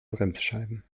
bremsscheiben